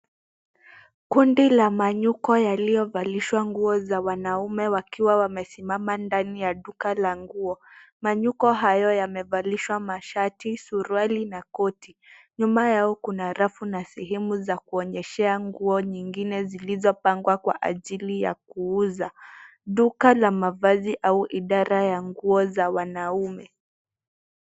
Kundi ya manyuko yaliyovalishwa nguo za wanaume wakiwa wamesimama ndani ya duka la nguo. Manyuko hayo yamevalishwa mashati, suruali na koti. Nyuma yao kuna halafu na sehemu za kuonyesha nguo zingine zilizopangwa kwa ajili ya kuuzwa. Duka la mavazi au idara ya nguo za wanaume.